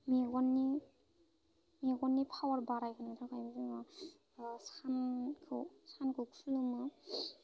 मेगननि मेगननि फावार बाराय होनो थाखायबो जोङो सानखौ सानखौ खुलुमो